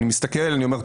אני מסתכל ואני אומר,